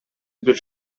бир